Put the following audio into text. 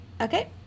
Okay